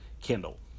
Kindle